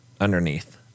underneath